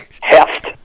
heft